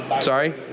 Sorry